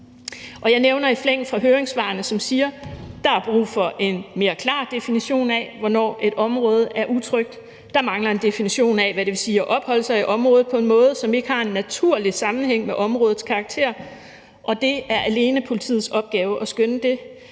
jeg nævner i flæng eksempler fra høringssvarene, som siger: Der er brug for en mere klar definition af, hvornår et område er utrygt; der mangler en definition af, hvad det vil sige at opholde sig i området på en måde, som ikke har en naturlig sammenhæng med områdets karakter, og det er alene politiets opgave at skønne det;